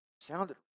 Sounded